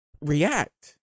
react